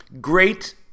great